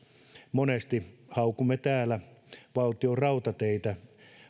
monesti haukumme täällä valtionrautateitä